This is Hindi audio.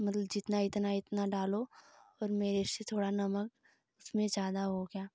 मतलब जितना इतना इतना डालो और मेरे से थोड़ा नमक उसमें ज़्यादा हो गया